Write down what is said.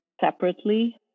separately